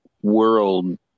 world